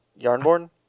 Yarnborn